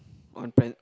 on pre~